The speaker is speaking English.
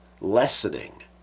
lessening